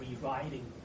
rewriting